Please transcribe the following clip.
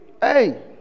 Hey